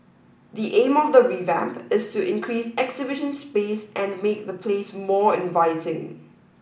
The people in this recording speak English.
the aim of the revamp is to increase exhibition space and make the place more inviting